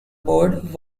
board